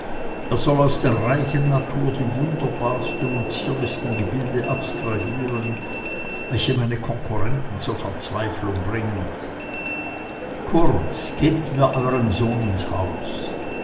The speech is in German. er soll aus der reichen natur die wunderbarsten und zierlichsten gebilde abstrahieren welche meine konkurrenten zur verzweiflung bringen kurz gebt mir euren sohn ins haus